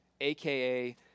aka